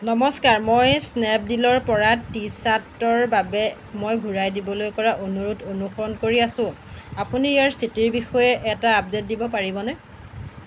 নমস্কাৰ মই স্নেপডীলৰ পৰা টি শ্বাৰ্টৰ বাবে মই ঘূৰাই দিবলৈ কৰা অনুৰোধ অনুসৰণ কৰি আছোঁ আপুনি ইয়াৰ স্থিতিৰ বিষয়ে এটা আপডে'ট দিব পাৰিবনে